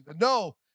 No